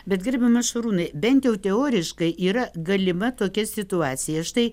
bet gerbiamas šarūnai bent jau teoriškai yra galima tokia situacija štai